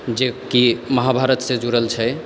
जे कि महाभारतसँ जुड़ल छै